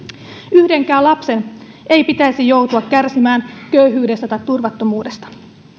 yhdenkään lapsen ei pitäisi joutua kärsimään köyhyydestä tai turvattomuudesta